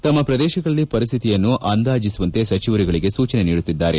ತಮ್ಮ ಪ್ರದೇಶಗಳಲ್ಲಿ ಪರಿಸ್ವಿತಿಯನ್ನು ಅಂದಾಜಿಸುವಂತೆ ಸಚಿವರುಗಳಿಗೆ ಸೂಚನೆ ನೀಡುತ್ತಿದ್ದಾರೆ